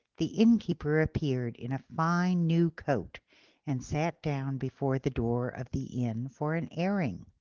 the innkeeper appeared in a fine new coat and sat down before the door of the inn for an airing.